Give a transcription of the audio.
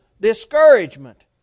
discouragement